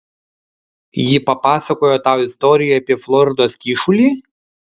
ji papasakojo tau istoriją apie floridos kyšulį